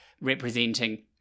representing